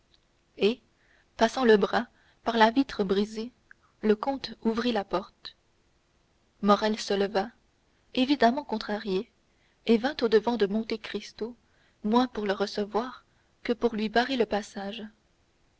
et passant le bras par la vitre brisée le comte ouvrit la porte morrel se leva évidemment contrarié et vint au-devant de monte cristo moins pour le recevoir que pour lui barrer le passage